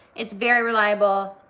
it's very reliable.